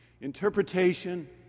Interpretation